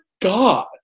God